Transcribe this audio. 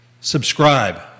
subscribe